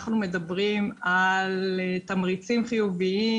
אנחנו מדברים על תמריצים חיוביים,